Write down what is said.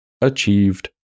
achieved